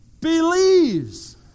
believes